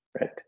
right